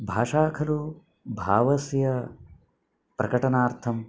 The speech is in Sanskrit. भाषा खलु भावस्य प्रकटनार्थम्